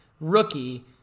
rookie